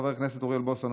חבר הכנסת אוריאל בוסו,